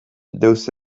deus